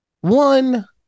one